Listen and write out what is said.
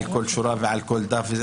על כל שורה ועל כל דף.